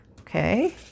Okay